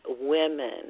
women